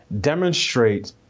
demonstrate